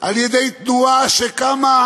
על-ידי תנועה שקמה